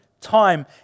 time